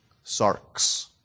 Sark's